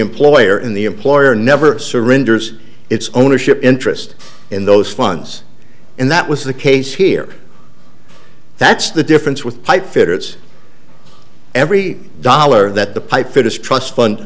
employer in the employer never surrenders its ownership interest in those funds and that was the case here that's the difference with pipefitters every dollar that the pipefitters trust fund